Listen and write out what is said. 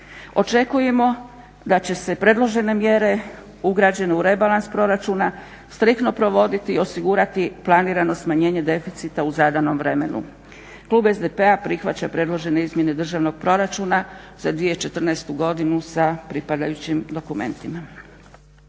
Očekujemo da će se predložene mjere ugrađene u rebalans proračuna striktno provoditi i osigurati planirano smanjenje deficita u zadanom vremenu. Klub SDP-a prihvaća predložene izmjene Državnog proračuna za 2014. godinu sa pripadajućim dokumentima.